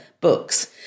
books